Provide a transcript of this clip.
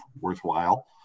worthwhile